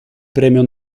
premio